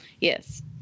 Yes